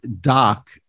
doc